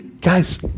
Guys